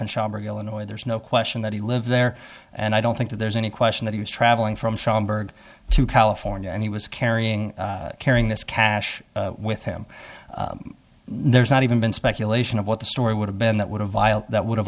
schonberg illinois there's no question that he lived there and i don't think that there's any question that he was traveling from schomberg to california and he was carrying carrying this cash with him there's not even been speculation of what the story would have been that would have that would